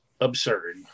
absurd